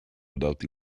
without